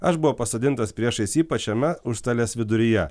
aš buvau pasodintas priešais jį pačiame užstalės viduryje